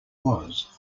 was